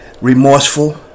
remorseful